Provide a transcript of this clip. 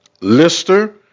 Lister